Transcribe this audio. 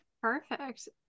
perfect